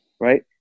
right